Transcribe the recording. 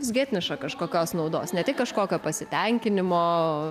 visgi atneša kažkokios naudos ne tik kažkokio pasitenkinimo